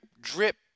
drip